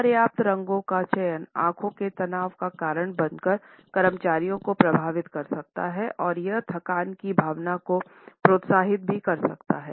अपर्याप्त रंगों का चयन आंखों के तनाव का कारण बनकर कर्मचारियों को प्रभावित कर सकता है और यह थकान की भावना को प्रोत्साहित भी कर सकता है